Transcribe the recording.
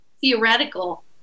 theoretical